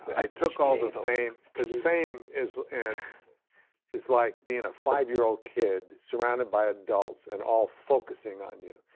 i took all the fame cause fame is and is like being a five-year-old kid surrounded by adults and all focusing on you.